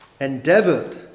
endeavoured